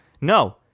No